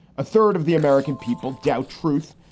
a third of the american people doubt truth.